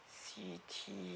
C T